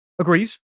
agrees